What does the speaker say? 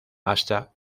hasta